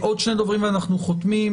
עוד שני דוברים ואנחנו חותמים.